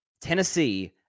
Tennessee